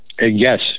Yes